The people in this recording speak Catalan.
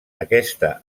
aquesta